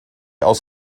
aus